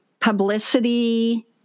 publicity